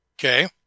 Okay